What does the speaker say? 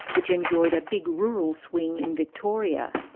which enjoyed a big rural swing in victoria.